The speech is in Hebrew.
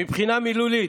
מבחינה מילולית,